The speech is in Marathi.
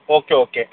okay okay